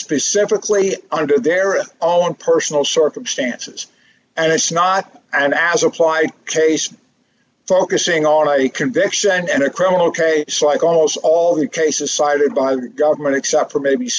specifically under their own personal circumstances and it's not an as applied case focusing on a conviction and a criminal case like almost all the cases cited by the government except for maybe